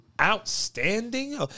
outstanding